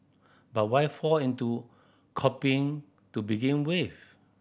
but why fall into copying to begin with